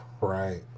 right